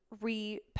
re